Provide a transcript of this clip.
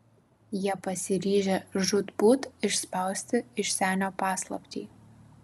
jie pasiryžę žūtbūt išspausti iš senio paslaptį